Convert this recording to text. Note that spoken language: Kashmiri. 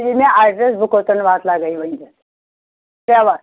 ژٕ دِ مےٚ ایڈرَس بہٕ کوٚتَن واتہٕ لگے ؤنٛدتِتھ چلو